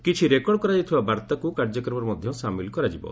କିଛି ରେକର୍ଡ଼ କରାଯାଇଥିବା ବାର୍ତ୍ତାକ୍ କାର୍ଯ୍ୟକ୍ରମରେ ମଧ୍ୟ ସାମିଲ୍ କରାଯିବ